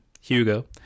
hugo